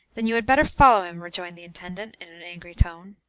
then you had better follow him, rejoined the intendant, in an angry tone.